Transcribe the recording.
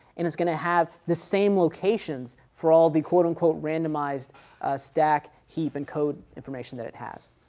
and it's going to have the same locations for all the quote unquote randomized stack, heap and code information that it has.